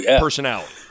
personality